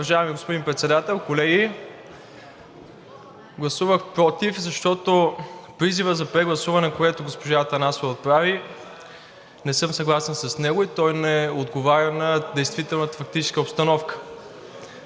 Уважаеми господин Председател, колеги! Гласувах против, защото призивът за прегласуване, който госпожа Атанасова отправи, не съм съгласен с него и той не отговаря на действителната фактическа обстановка.